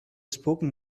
spoken